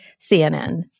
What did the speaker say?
CNN